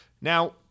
now